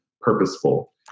purposeful